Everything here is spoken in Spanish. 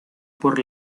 por